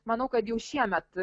manau kad jau šiemet